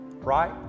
right